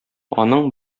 аның